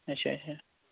اَچھا اَچھا